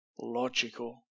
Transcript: logical